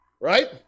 right